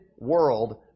world